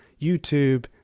YouTube